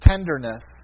Tenderness